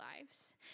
lives